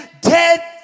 dead